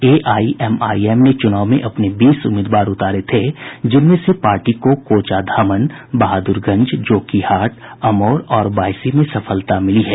AIMIM ने चुनाव में अपने बीस उम्मीदवार उतारे थे जिनमें से पार्टी को कोचाधामन बहादुरगंज जोकिहाट अमौर और बायसी में सफलता मिली है